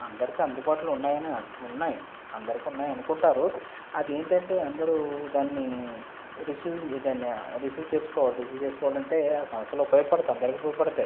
అందరికీ అందుబాటులో ఉన్నాయని ఉన్నాయి అందరికి ఉన్నాయి అనుకుంటారు అదేంటంటే అందరూ దాన్ని రిసీవిన్ దాన్ని రిసీవ్ చేసుకోవాలి రిసీవ్ చేసుకోవాలి అంటే ఆ సంస్థలు ఉపయోగపడతాయి అందరికీ ఉపయోగపడతాయి